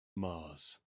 mars